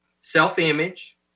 self-image